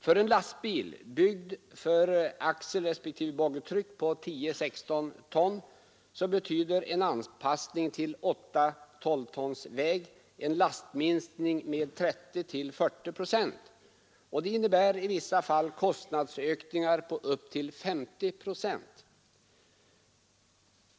För en lastbil byggd för axelrespektive boggitryck på 10 12 tons väg en lastminskning med 30—40 procent. Det innebär i vissa fall kostnadsökningar på upp till 50 procent.